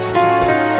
Jesus